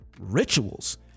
rituals